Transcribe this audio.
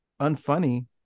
unfunny